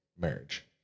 marriage